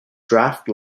draft